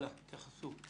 תתייחסו.